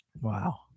Wow